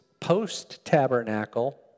post-tabernacle